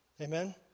Amen